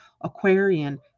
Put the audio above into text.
Aquarian